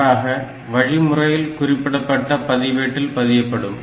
மாறாக வழிமுறையில் குறிப்பிடப்பட்ட பதிவேட்டில் பதியப்படும்